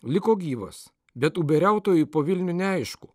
liko gyvas bet uberiautojui po vilnių neaišku